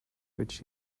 which